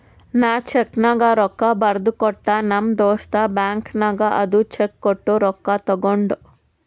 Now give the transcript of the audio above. ನಾ ಚೆಕ್ನಾಗ್ ರೊಕ್ಕಾ ಬರ್ದು ಕೊಟ್ಟ ನಮ್ ದೋಸ್ತ ಬ್ಯಾಂಕ್ ನಾಗ್ ಅದು ಚೆಕ್ ಕೊಟ್ಟು ರೊಕ್ಕಾ ತಗೊಂಡ್